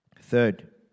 Third